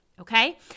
Okay